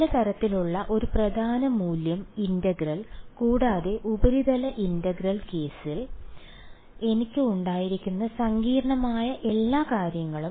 ചില തരത്തിലുള്ള ഒരു പ്രധാന മൂല്യം ഇന്റഗ്രൽ കൂടാതെ ഉപരിതല ഇന്റഗ്രൽ കേസിൽ എനിക്ക് ഉണ്ടായിരുന്ന സങ്കീർണ്ണമായ എല്ലാ കാര്യങ്ങളും